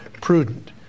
prudent